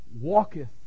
walketh